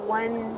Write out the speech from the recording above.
one